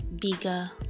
bigger